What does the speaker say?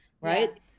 Right